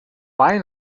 why